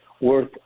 worth